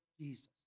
Jesus